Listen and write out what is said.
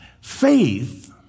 Faith